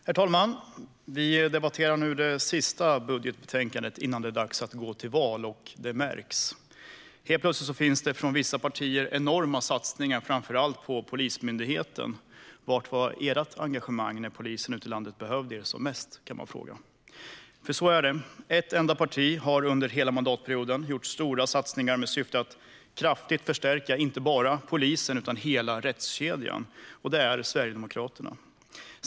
Herr talman! Vi debatterar nu det sista budgetbetänkandet innan det är dags att gå till val, och det märks. Helt plötsligt finns det enorma satsningar från vissa partier, framför allt på Polismyndigheten. Var fanns det engagemanget när poliserna ute i landet behövde det som mest? Ett enda parti har under hela mandatperioden gjort stora satsningar med syftet att kraftigt förstärka inte bara polisen utan hela rättskedjan. Det är Sverigedemokraterna.